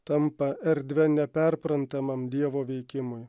tampa erdve neperprantamam dievo veikimui